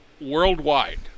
worldwide